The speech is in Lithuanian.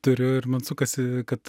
turiu ir man sukasi kad